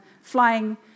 flying